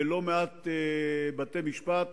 בלא-מעט בתי-משפט